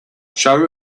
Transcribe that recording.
show